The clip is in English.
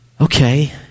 okay